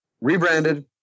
rebranded